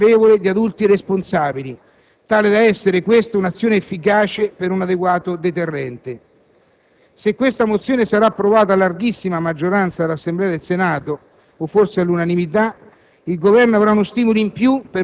scoprire un numero considerevole di adulti responsabili, tale da essere questa un'azione efficace, per un adeguato deterrente. Se questa mozione sarà approvata a larghissima maggioranza dall'Assemblea del Senato, o forse all'unanimità,